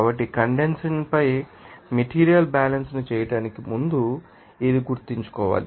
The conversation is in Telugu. కాబట్టి కండెన్సషన్ పై మెటీరియల్ బ్యాలన్స్ ను చేయడానికి ముందు ఇది గుర్తుంచుకోవాలి